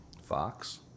Fox